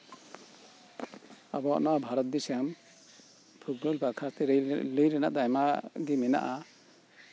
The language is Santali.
ᱟᱵᱚᱣᱟᱜ ᱱᱚᱶᱟ ᱵᱷᱟᱨᱚᱛ ᱫᱤᱥᱚᱢ ᱯᱷᱩᱨᱜᱟᱹᱞ ᱵᱟᱠᱷᱨᱟᱛᱮ ᱞᱟᱹᱭ ᱨᱮᱭᱟᱜ ᱫᱚ ᱟᱭᱢᱟᱜᱮ ᱢᱮᱱᱟᱜᱼᱟ